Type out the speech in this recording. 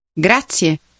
Grazie